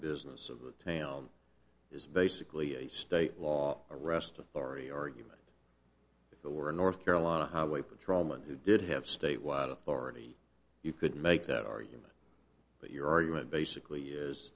business of the tail is basically a state law arrest authority argument if it were a north carolina highway patrolman who did have statewide authority you could make that argument but you're you it basically is